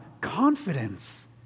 confidence